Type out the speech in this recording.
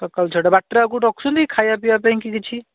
ସକାଳୁ ଛଅଟା ବାଟରେ ଆଉ କେଉଁଠି ରଖୁଛନ୍ତି ଖାଇବା ପିଇବା ପାଇଁକି କିଛି